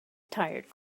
tired